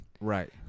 Right